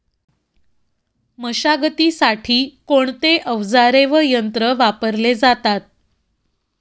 मशागतीसाठी कोणते अवजारे व यंत्र वापरले जातात?